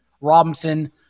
Robinson